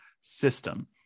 system